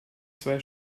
zwei